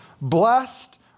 Blessed